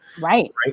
right